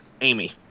amy